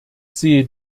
sehe